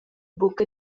buca